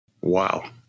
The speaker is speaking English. Wow